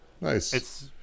Nice